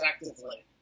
effectively